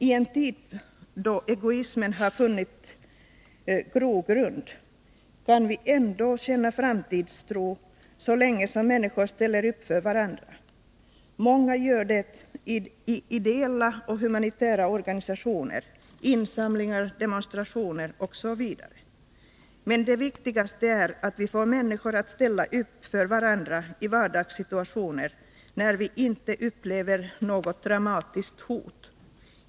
I en tid då egoismen har funnit grogrund kan vi ändå känna framtidstro så länge människor ställer upp för varandra. Många gör det i ideella och humanitära organisationer, insamlingar, demonstrationer osv. Men det viktigaste är att vi får människor att ställa upp för varandra i vardagssituationer, när vi inte upplever något dramatiskt hot.